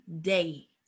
day